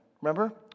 Remember